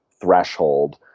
threshold